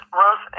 rose